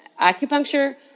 acupuncture